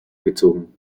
gezogen